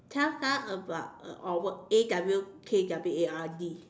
tell us about a awkward A W K W A R D